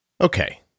Okay